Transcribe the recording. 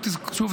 שוב,